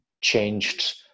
changed